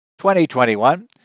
2021